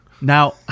Now